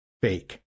fake